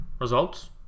results